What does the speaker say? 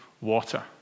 water